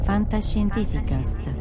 Fantascientificast